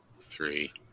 three